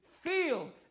feel